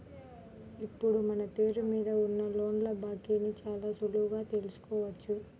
ఇప్పుడు మన పేరు మీద ఉన్న లోన్ల బాకీని చాలా సులువుగా తెల్సుకోవచ్చు